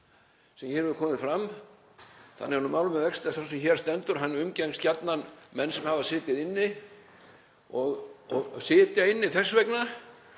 sem hér hefur komið fram. Þannig er mál með vexti að sá sem hér stendur, hann umgengst gjarnan menn sem hafa setið inni og sitja inni þess vegna.